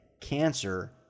cancer